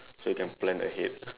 so you can plan ahead